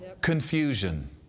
confusion